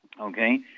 Okay